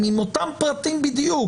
אנחנו ממשיכים במרתון הדיוור הדיגיטלי.